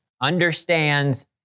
understands